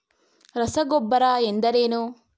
ರಸಗೊಬ್ಬರ ಎಂದರೇನು?